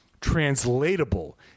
translatable